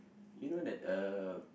you know that uh